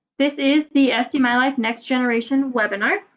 this is the sd my life next-generation webinar.